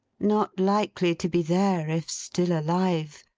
not likely to be there, if still alive!